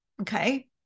Okay